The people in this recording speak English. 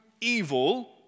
evil